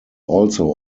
also